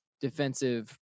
defensive